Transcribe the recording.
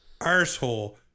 arsehole